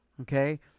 Okay